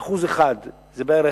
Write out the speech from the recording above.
1% זה בערך,